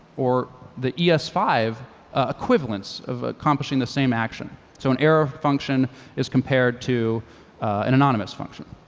or the e s five ah equivalents of accomplishing the same action. so an error function is compared to an anonymous function.